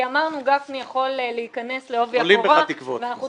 כי אמרנו שגפני יכול להיכנס לעובי הקורה ואנחנו